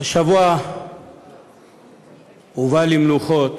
השבוע הובא למנוחות